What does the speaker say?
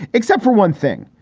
except for one thing.